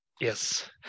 Yes